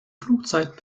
flugzeit